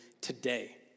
today